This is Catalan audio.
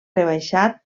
rebaixat